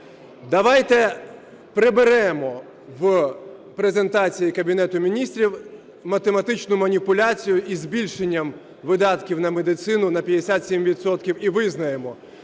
Давайте приберемо в презентації Кабінету Міністрів математичну маніпуляцію із збільшенням видатків на медицину на 57 відсотків і визнаємо,